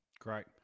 Great